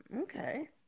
Okay